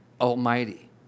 almighty